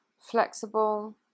flexible